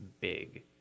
big